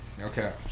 okay